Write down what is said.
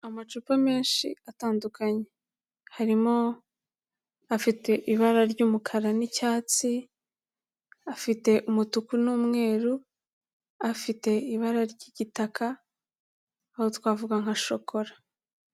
Amacupa menshi atandukanye harimo afite ibara ry'umukara n'icyatsi, afite umutuku n'umweru, afite ibara ry'igitaka aho twavuga nka shokora.